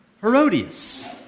Herodias